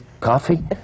coffee